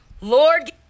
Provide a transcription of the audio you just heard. Lord